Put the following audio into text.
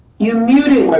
you muted?